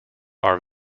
are